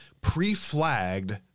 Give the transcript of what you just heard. pre-flagged